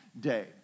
day